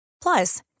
Plus